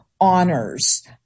honors